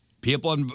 People